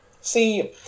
See